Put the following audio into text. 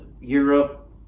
Europe